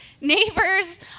Neighbors